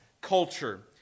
culture